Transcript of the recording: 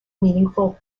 meaningful